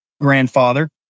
grandfather